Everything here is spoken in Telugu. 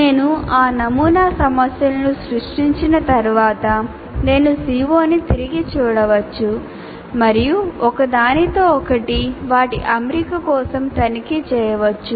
నేను ఆ నమూనా సమస్యలను సృష్టించిన తర్వాత నేను CO ని తిరిగి చూడవచ్చు మరియు ఒకదానితో ఒకటి వాటి అమరిక కోసం తనిఖీ చేయవచ్చు